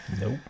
Nope